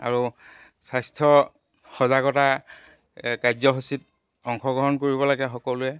আৰু স্বাস্থ্য সজাগতা কাৰ্যসূচীত অংশগ্ৰহণ কৰিব লাগে সকলোৱে